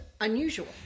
unusual